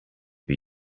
but